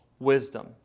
wisdom